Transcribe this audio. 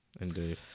indeed